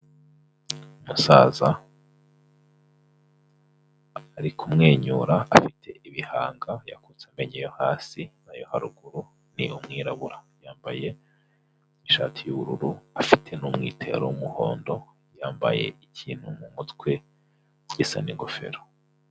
Umusaza ari kumwenyura afite ibihanga yakutse amenyo yo hasi n'ayo haruguru ni umwirabura yambaye ishati y'ubururu afite n'umwitero w'umuhondo. yambaye ikintu mu mutwe gisa n'ingofero.